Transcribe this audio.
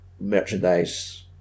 merchandise